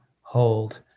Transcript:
hold